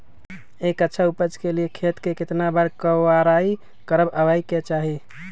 एक अच्छा उपज के लिए खेत के केतना बार कओराई करबआबे के चाहि?